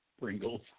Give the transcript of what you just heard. Pringles